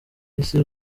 isi